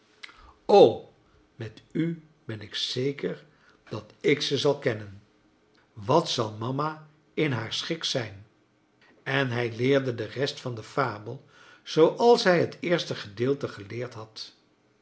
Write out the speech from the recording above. o met u ben ik zeker dat ik ze zal kennen wat zal mama in haar schik zijn en hij leerde de rest van de fabel zooals hij het eerste gedeelte geleerd had